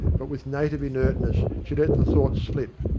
but with native inertness she let the thought slip.